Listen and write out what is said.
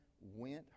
went